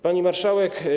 Pani Marszałek!